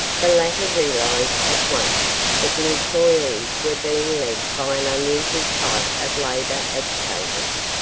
the latter realized at once that the employees were being led by an unusual type of labor agitators,